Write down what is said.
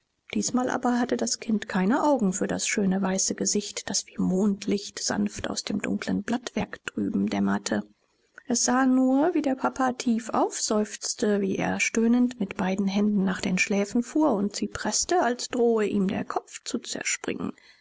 diesmal aber hatte das kind keine augen für das schöne weiße gesicht das wie mondlicht sanft aus dem dunklen blattwerk drüben dämmerte es sah nur wie der papa tief aufseufzte wie er stöhnend mit beiden händen nach den schläfen fuhr und sie preßte als drohe ihm der kopf zu zerspringen